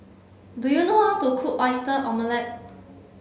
do you know how to cook Oyster Omelette